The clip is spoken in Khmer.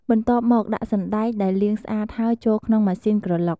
បន្ទាប់់មកដាក់សណ្តែកដែលលាងស្អាតហើយចូលក្នុងម៉ាស៊ីនក្រឡុក។